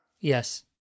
Yes